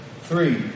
Three